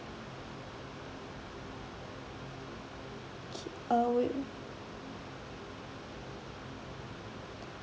okay uh wait wait